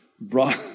brought